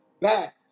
back